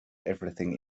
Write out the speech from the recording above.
everything